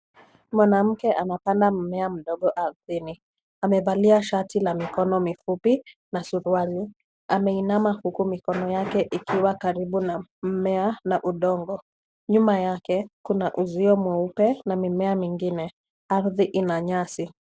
Mwanamke anapanda mmea mdogo ardhini. Amevalia shati la mikono mifupi na suruali. Ameinama huku mikono yake ikiwa karibu na mmea na udongo. Nyuma yake kuna uzio mweupe na mimea mingine. Ardhi ina nyasi.